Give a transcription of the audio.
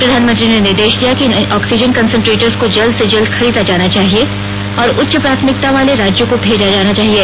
प्रधानमंत्री ने निर्देश दिया कि इन ऑक्सीजन कंसेंट्रेटर्स को जल्द से जल्द खरीदा जाना चाहिए और उच्च प्राथमिकता वाले राज्यों को भेजा जाना चाहिए